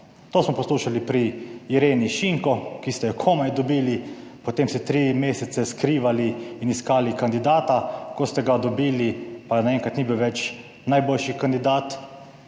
To smo poslušali pri Ireni Šinko, ki ste jo komaj dobili, potem ste 3 mesece skrivali in iskali kandidata, ko ste ga dobili, pa naenkrat ni bil več najboljši kandidat,